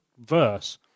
verse